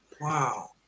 Wow